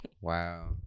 Wow